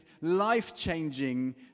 life-changing